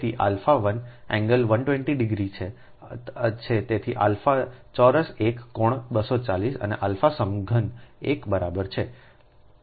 તેથી alpha 1 angle 120 degree છે તેથી આલ્ફા ચોરસ 1 કોણ 240 અને આલ્ફા સમઘન 1 બરાબર હશે